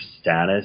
status